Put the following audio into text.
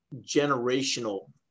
generational